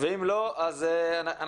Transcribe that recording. ואם לא, אנחנו